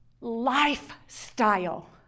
lifestyle